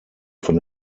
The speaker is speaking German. von